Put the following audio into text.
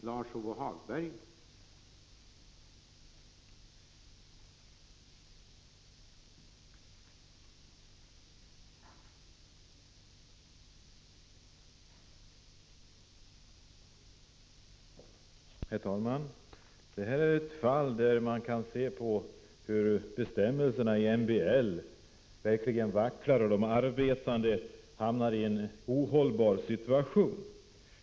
Herr talman! I det fall som jag har berört i min fråga kan man se hur bestämmelserna i MBL verkligen vacklar och de arbetande hamnar i en ohållbar situation.